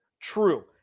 true